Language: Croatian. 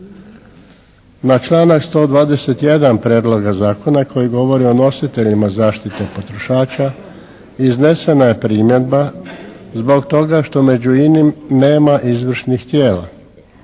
Na članak 121. prijedloga zakona koji govori o nositeljima zaštite potrošača iznesena je primjedba zbog toga što među inim nema izvršnih tijela.